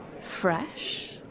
fresh